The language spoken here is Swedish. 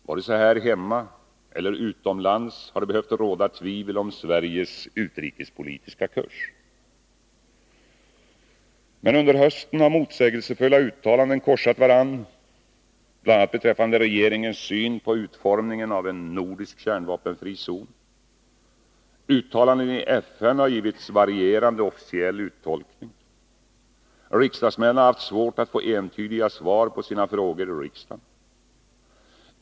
Varken här hemma eller utomlands har det behövt råda tvivel om Sveriges utrikespolitiska kurs. Under hösten har motsägelsefulla uttalanden korsat varandra bl.a. beträffande regeringens syn på utformningen av en nordisk kärnvapenfri zon. Uttalanden i FN har givits varierande officiell uttolkning. Riksdagsmän har haft svårt att få entydiga svar på sina frågor i riksdagen.